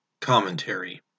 Commentary